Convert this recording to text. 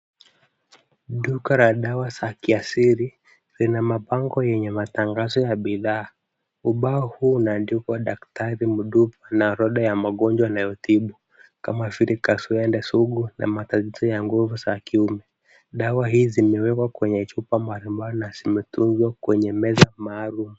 Duka la dawa za kiasili vina mabango yenye matangazo ya bidhaa. Ubao huu unaandikwa daktari Mduba na orodha ya magojwa anayotibu kama vile kaswende sugu na matatizo za nguvu za kiume. Dawa hizi zimekwa kwenye chupa mbali mbali zimetunza kwenye meza maalum.